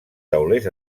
taulers